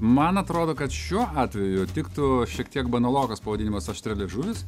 man atrodo kad šiuo atveju tiktų šiek tiek banalokas pavadinimas aštrialiežuvis